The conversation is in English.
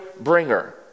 bringer